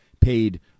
paid